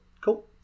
Cool